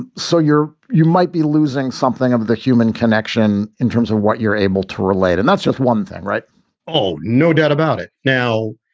and so you're you might be losing something of the human connection in terms of what you're able to relate. and that's just one thing. right oh, no doubt about it. now,